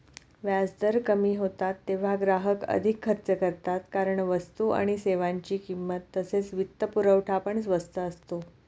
व्याजदर कमी होतात तेव्हा ग्राहक अधिक खर्च करतात कारण वस्तू आणि सेवांची किंमत तसेच वित्तपुरवठा पण स्वस्त असतो